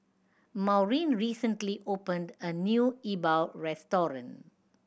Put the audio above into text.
Maurine recently opened a new E Bua restaurant